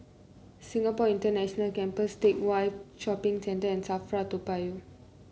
Singapore International Campus Teck Whye Shopping Center and Safra Toa Payoh